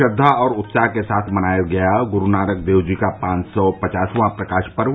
श्रद्वा और उत्साह के साथ मनाया गया ग्रूनानक देव जी का पांच सौ पचासवां प्रकाश पर्व